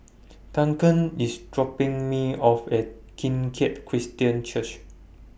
Duncan IS dropping Me off At Kim Keat Christian Church